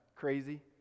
Crazy